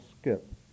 skip